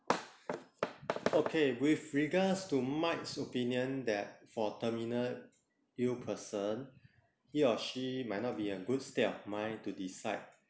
okay with regards to mike's opinion that for terminal ill person he or she might not be in a good state of mind to decide